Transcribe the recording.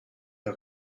der